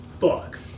fuck